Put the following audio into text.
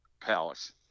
palace